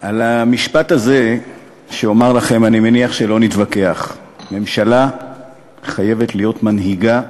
על המשפט הזה שאומר לכם אני מניח שלא נתווכח: ממשלה חייבת להיות מנהיגה,